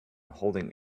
holding